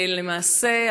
למעשה,